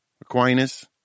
Aquinas